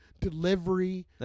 delivery